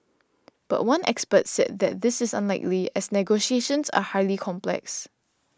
but one expert said that this is unlikely as negotiations are highly complex